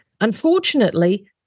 Unfortunately